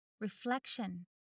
reflection